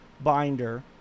binder